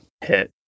hit